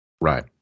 Right